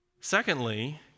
Secondly